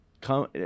come